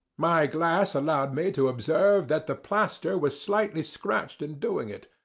my glass allowed me to observe that the plaster was slightly scratched in doing it,